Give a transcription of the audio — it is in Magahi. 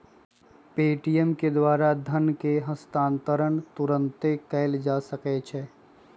पे.टी.एम के द्वारा धन के हस्तांतरण तुरन्ते कएल जा सकैछइ